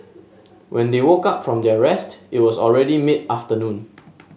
when they woke up from their rest it was already mid afternoon